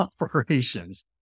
operations